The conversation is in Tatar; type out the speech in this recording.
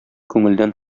күңелдән